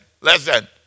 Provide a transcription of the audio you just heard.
listen